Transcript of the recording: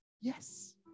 Yes